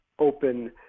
open